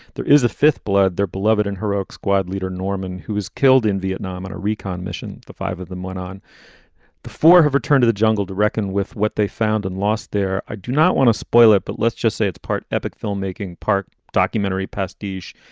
there is a fifth blood, their beloved and heroic squad leader, norman, who was killed in vietnam on a recon mission. the five of them men on before have returned to the jungle to reckon with what they found and lost there. i do not want to spoil it, but let's just say it's part epic filmmaking, part documentary pastiche,